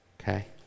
Okay